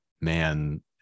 man